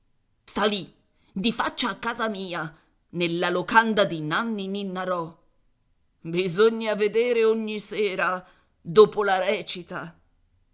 sta lì di faccia a casa mia nella locanda di nanni ninnarò bisogna vedere ogni sera dopo la recita